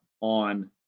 on